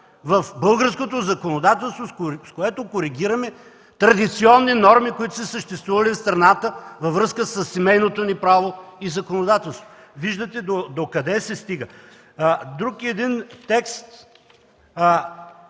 в българското законодателство, с което коригираме традиционни норми, които са съществували в страната във връзка със семейното ни право и законодателство. Виждате докъде се стига. Друг един текст